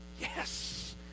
Yes